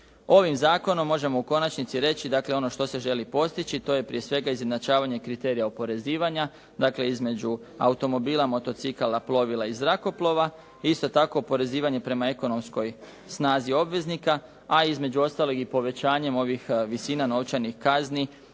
Ovim zakonom možemo u konačnici reći, dakle ono što se želi postići to je prije svega izjednačavanje kriterija oporezivanja, dakle između automobila, motocikala, plovila i zrakoplova, isto tako oporezivanje prema ekonomskoj snazi obveznika, a između ostalog i povećanjem ovih visina novčanih kazni